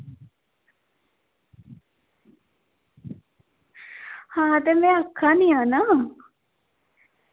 आं ते में आक्खा नी आं ना